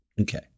Okay